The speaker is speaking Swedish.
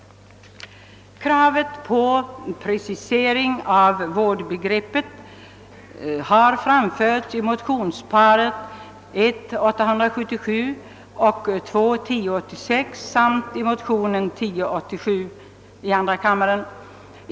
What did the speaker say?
Kravet på en precisering av vårdbegreppet har framförts i motionsparet 1: 877 och 1II:1086 samt i motionen II: 1087.